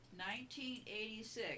1986